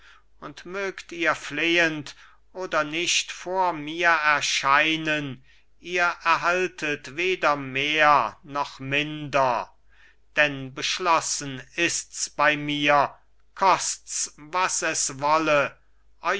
und mögt ihr flehend oder nicht vor mir erscheinen ihr erhaltet weder mehr noch minder denn beschlossen ist's bei mir kost's was es wolle